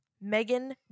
Megan